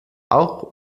auch